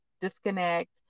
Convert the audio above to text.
disconnect